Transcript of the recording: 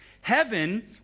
Heaven